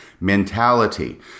mentality